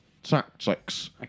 tactics